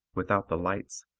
without the lights,